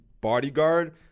bodyguard